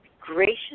gracious